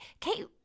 Kate